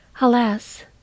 alas